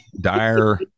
dire